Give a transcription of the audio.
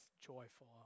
joyful